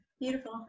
Beautiful